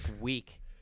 week